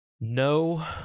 No